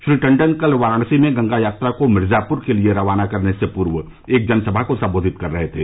श्री टंडन कल वाराणसी में गंगा यात्रा को मिर्जापुर के लिए रवाना करने से पूर्व एक जनसभा को संबोधित कर रहे थे